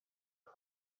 فقط